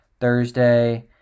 Thursday